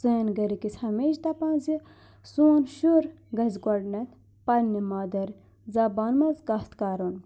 سٲنۍ گَرِکۍ ٲسۍ ہمیشہِ دَپان زِ سون شُر گژھِ گۄڈنؠتھ پَنٛنہِ مادَرِ زبان منٛز کَتھ کَرُن